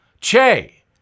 Che